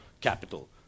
capital